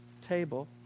table